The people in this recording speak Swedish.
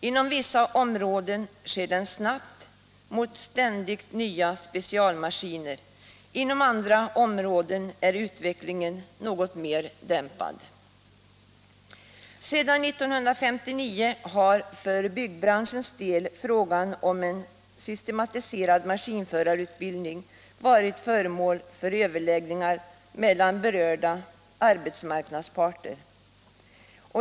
Inom vissa områden går den snabbt mot ständigt nya specialmaskiner, inom andra områden är utvecklingen något mer dämpad. Sedan 1959 har för byggbranschens del frågan om en systematiserad maskinförarutbildning varit föremål för överläggningar mellan berörda arbetsmarknadsparter.